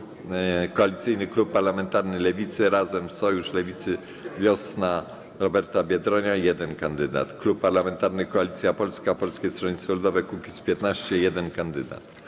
- Koalicyjny Klub Parlamentarny Lewicy (Razem, Sojusz Lewicy Demokratycznej, Wiosna Roberta Biedronia) - jeden kandydat, - Klub Parlamentarny Koalicja Polska - Polskie Stronnictwo Ludowe - Kukiz15 - jeden kandydat.